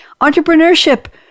Entrepreneurship